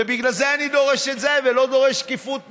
ובגלל זה אני דורש את זה ולא דורש שקיפות מלאה.